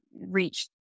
reach